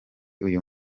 uyu